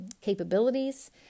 capabilities